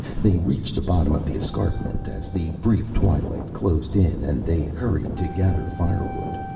they reached the bottom of the escarpment as the brief twilight closed in and they hurried to gather firewood.